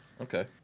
Okay